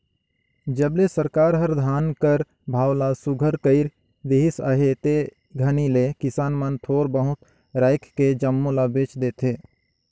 जब ले सरकार हर धान कर भाव ल सुग्घर कइर देहिस अहे ते घनी ले किसान मन थोर बहुत राएख के जम्मो ल बेच देथे